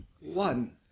one